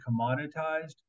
commoditized